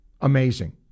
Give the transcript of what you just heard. amazing